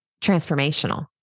transformational